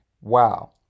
wow